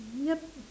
yup